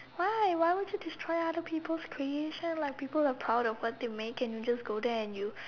why why would you destroy other people creation like people are proud of what they are making and you just go there and you